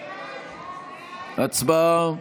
הצבעה.